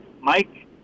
Mike